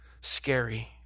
Scary